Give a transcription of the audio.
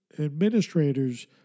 administrators